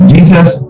Jesus